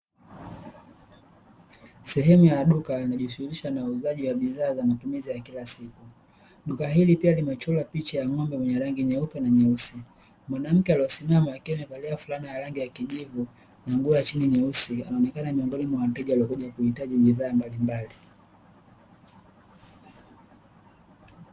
Sehemu ya duka linalojishughulisha na uuzaji wa bidhaa za matumizi ya kila siku. Duka hili pia limechorwa picha ya ng'ombe mwenye yangi nyeupe na nyeusi. Mwanamke aliyesimama akiwa amevalia fulana ya rangi ya kijivu na nguo ya chini nyeusi, anaonekana miongoni mwa wateja waliokuja kuhitaji bidhaa mbalimbali.